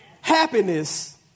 Happiness